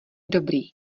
dobrý